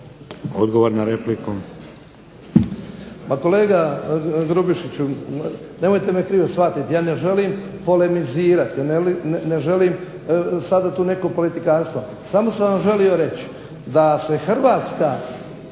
Odgovor na repliku.